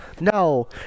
No